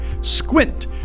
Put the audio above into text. Squint